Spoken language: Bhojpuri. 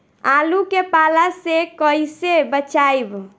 आलु के पाला से कईसे बचाईब?